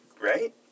right